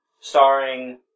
starring